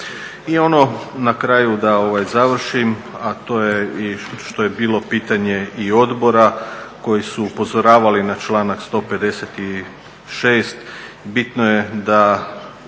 I ono na kraju da završim, a to je i što je bilo pitanje i odbora koji su upozoravali na članak 156. bitno je da